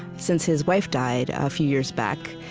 since his wife died a few years back.